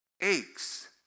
aches